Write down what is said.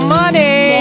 money